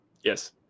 yes